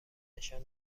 نشان